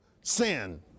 sin